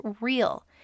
real